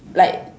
like